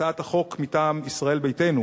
הצעת החוק מטעם ישראל ביתנו,